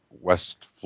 West